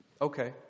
Okay